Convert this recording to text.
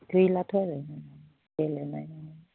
गैलाथ' आरो गेलेनाय